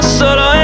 solo